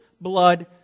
blood